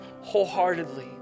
wholeheartedly